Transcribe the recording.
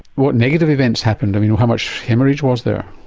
what negative events happened, i mean how much haemorrhage was there?